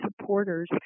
supporters